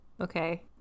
Okay